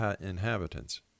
inhabitants